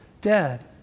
dead